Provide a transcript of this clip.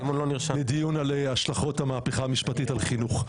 לדיון על השלכות המהפכה המשפטית על חינוך.